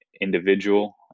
individual